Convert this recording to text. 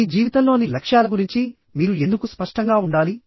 మీ జీవితంలోని లక్ష్యాల గురించి మీరు ఎందుకు స్పష్టంగా ఉండాలి